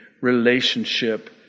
relationship